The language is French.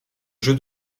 jeu